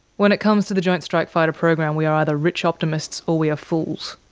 when it comes to the joint strike fighter program we are either rich optimists or we are fools?